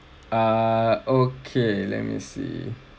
err okay let me see